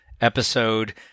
episode